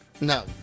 No